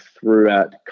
throughout